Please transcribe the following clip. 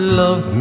love